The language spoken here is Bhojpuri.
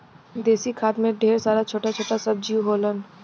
देसी खाद में ढेर सारा छोटा छोटा सब जीव होलन